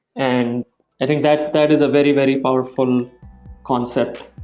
and i think that that is a very, very powerful concept.